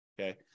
okay